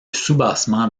soubassement